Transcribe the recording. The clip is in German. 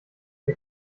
der